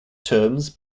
terms